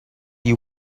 you